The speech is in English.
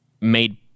made